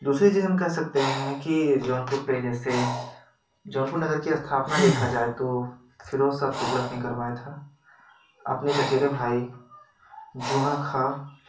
दूसरी चीज हम कह सकते हैं कि जौनपुर जौनपुर नगर की स्थापना देखा जाए तो फिरोज शाह तुगलक ने करवाया था अपने चचेरे भाई जूना खाँ